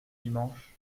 dimanche